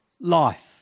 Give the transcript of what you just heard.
life